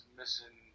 missing